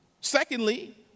Secondly